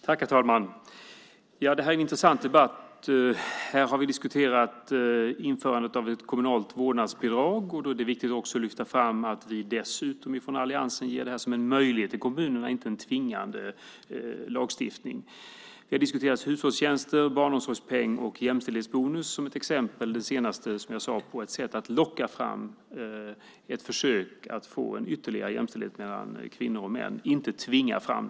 Herr talman! Det här är en intressant debatt. Vi har diskuterat införandet av ett kommunalt vårdnadsbidrag. Det är viktigt att lyfta fram att vi dessutom från alliansen ger detta som en möjlighet till kommunerna. Det är alltså ingen tvingande lagstiftning. Hushållstjänster, barnomsorgspeng och jämställdhetsbonus har diskuterats - det senaste som exempel på ett sätt att försöka locka fram ytterligare jämställdhet mellan kvinnor och män. Det ska inte tvingas fram.